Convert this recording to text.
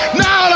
now